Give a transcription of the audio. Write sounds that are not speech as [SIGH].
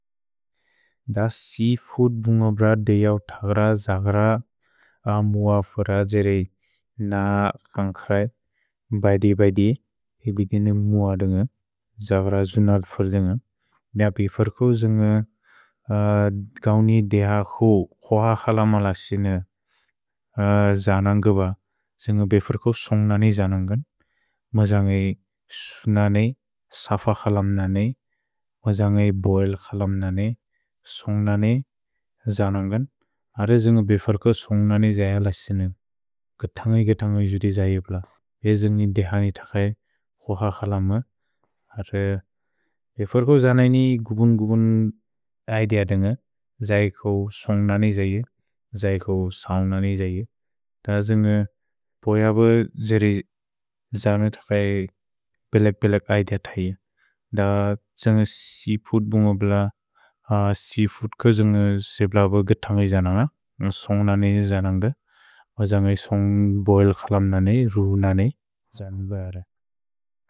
द सि फुत् ब्अ ब्रद् देयव् थग्र जग्र अ म्अ फुर द्जेरे न कन्ख्रै बै देय् बै देय् पिबिदेने म्अ अद्न्ग, जग्र जुनत् फुर् द्न्ग। द बिफुर् क् जुन्ग गौनि देह हु कोह खलम लसिन जनन्ग ब, जुन्ग बिफुर् क् सोन्ग्ननि जनन्गन्, म्अ जन्गै सुननै, सफ खलम् ननै, म्अ जन्गै बोएल् खलम् ननै, सोन्ग्ननि जनन्गन्। अत जुन्ग बिफुर् क् सोन्ग्ननि जय लसिन, गतअ इ गतअ जुति जय ब्ल, ए जुन्ग देह नि थग्र हु कोह खलम। [HESITATION] अत बिफुर् क् जनैनि ग्ब्न् ग्ब्न् ऐदिअ द्न्ग, जय क् सोन्ग्ननि जय, जय क् सल्ननि जय, द जुन्ग बोएल् ब् जेरे [HESITATION] जनै थग्र बिलक् बिलक् ऐदिअ थग्र। अत जुन्ग सेअफूद् ब्न्ग ब्ल, [HESITATION] सेअफूद् क् जुन्ग सेप्ल ब् गतअ इ जनन्ग, सोन्ग्ननि जनन्ग, म्अ जन्गै सोन्ग् बोएल् खलम् ननै, रु ननै, जनि ब यरे।